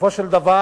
ובסופו של דבר,